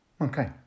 Okay